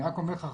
אני רק אומר לך,